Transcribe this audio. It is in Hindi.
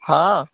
हाँ